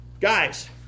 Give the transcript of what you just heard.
guys